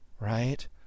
right